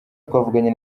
twavuganye